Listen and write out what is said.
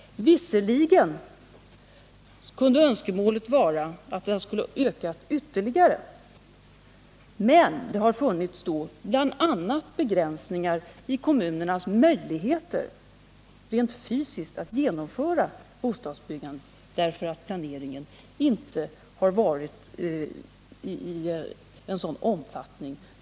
Visserligen kunde önskemålet vara att det skulle öka ytterligare, men man måste ta hänsyn bl.a. till att det har funnits begränsningar i kommunernas möjligheter att rent fysiskt genomföra bostadsbyggandet därför att planeringen inte varit av önskvärd omfattning.